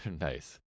Nice